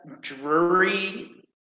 Drury